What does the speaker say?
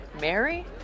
Mary